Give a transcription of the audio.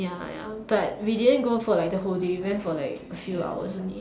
ya ya but we didn't go for like the whole day we went for like a few hours only